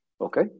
Okay